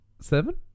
Seven